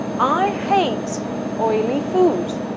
i hate oily food.